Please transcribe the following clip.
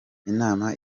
inama